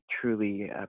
truly